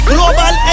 Global